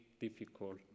difficult